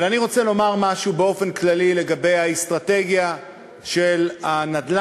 אבל אני רוצה לומר משהו באופן כללי לגבי האסטרטגיה של הנדל"ן